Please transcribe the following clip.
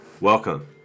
Welcome